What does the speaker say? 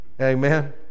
Amen